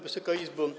Wysoka Izbo!